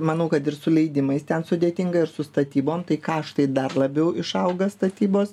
manau kad ir su leidimais ten sudėtinga ir su statybom tai kaštai tai dar labiau išauga statybos